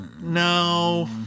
no